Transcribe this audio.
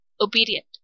obedient